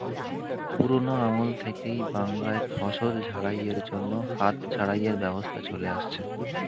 পুরোনো আমল থেকেই বাংলায় ফসল ঝাড়াই এর জন্য হাত ঝাড়াই এর ব্যবস্থা চলে আসছে